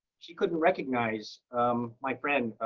she couldn't recognize my friend,